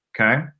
Okay